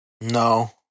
No